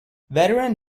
veteran